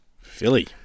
Philly